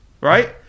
right